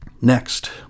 Next